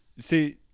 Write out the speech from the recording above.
See